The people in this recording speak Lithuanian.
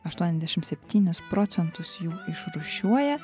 aštuoniasdešim septynis procentus jų išrūšiuoja